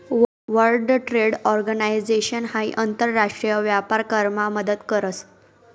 world trade organisation हाई आंतर राष्ट्रीय व्यापार करामा मदत करस